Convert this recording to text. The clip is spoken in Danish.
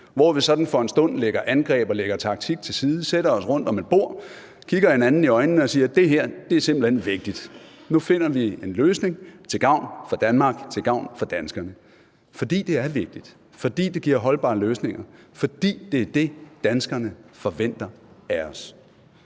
hvor vi sådan for en stund lægger angreb og lægger taktik til side, sætter os rundt om et bord, kigger hinanden i øjnene og siger, at det her simpelt hen er vigtigt, og at vi nu finder en løsning til gavn for Danmark, til gavn for danskerne, fordi det er vigtigt, fordi det giver holdbare løsninger, fordi det er det, danskerne forventer af os.